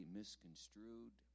misconstrued